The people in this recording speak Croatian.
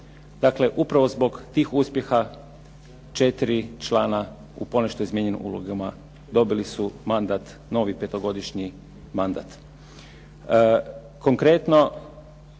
Dakle, upravo zbog tih uspjeha četiri člana u ponešto izmijenjenim ulogama dobili su mandat, novi petogodišnji mandat.